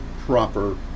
proper